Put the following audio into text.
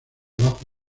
bajo